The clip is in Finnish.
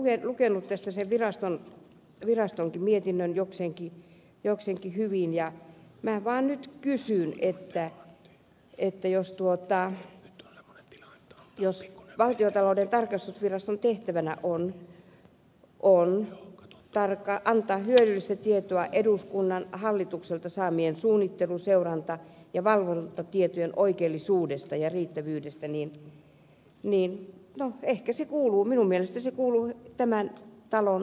minä olen lukenut sen virastonkin kertomuksen jokseenkin hyvin ja minä vaan nyt sanon että jos valtiontalouden tarkastusviraston tehtävänä on antaa hyödyllistä tietoa eduskunnan hallitukselta saamien suunnittelu seuranta ja valvontatietojen oikeellisuudesta ja riittävyydestä niin no ehkä se kuuluu minun mielestäni se kuuluu tämän talon valiokunnille